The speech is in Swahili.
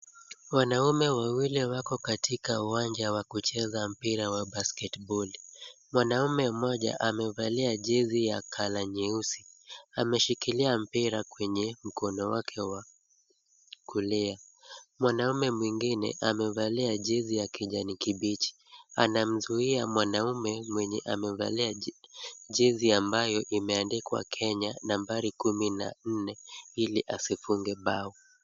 Wanaume wawili wako katika uwanja wa kucheza mpira wa basket boli. Mwanaume mmoja amevalia jezi ya color nyeusi, ameshikilia mpira kwenye mkono wake wa kulia. Mwanaume mwingine amevalia jezi ya kijani kibichi, anamzuia mwanaume mwenye amevalia jezi ambayo imeandikwa Kenya nambari kumi na nne ili asifunge bao.